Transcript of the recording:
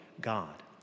God